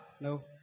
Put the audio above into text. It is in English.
No